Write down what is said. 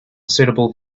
suitable